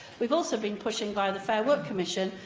we've also been pushing, via the fair work commission,